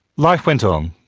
life went um